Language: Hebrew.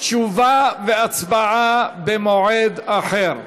תשובה והצבעה במועד אחר.